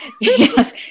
Yes